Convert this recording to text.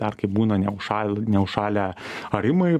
dar kai būna neužšąl neužšalę arimai